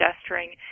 gesturing